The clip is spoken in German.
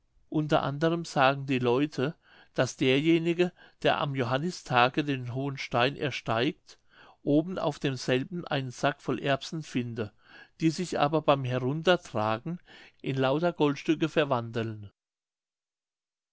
unter andern sagen die leute daß derjenige der am johannistage den hohen stein ersteigt oben auf demselben einen sack voll erbsen finde die sich aber beim heruntertragen in lauter goldstücke verwandeln